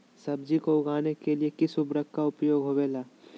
सब्जी को उगाने के लिए किस उर्वरक का उपयोग होबेला?